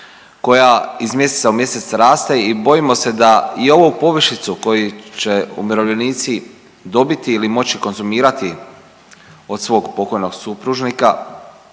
koja iz mjeseca u mjesec raste i bojimo se da i ovu povišicu koju će umirovljenici dobiti ili moći konzumirati od svog pokojnog supružnika